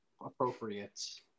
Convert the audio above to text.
appropriate